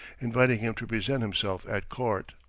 inviting him to present himself at court.